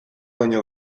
baino